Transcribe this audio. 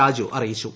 രാജു അറിയിച്ചു